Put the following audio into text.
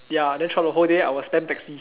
ya then throughout the whole day I will spam taxi